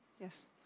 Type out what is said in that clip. Yes